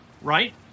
right